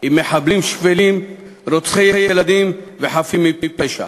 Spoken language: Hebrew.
עם מחבלים שפלים, רוצחי ילדים וחפים מפשע.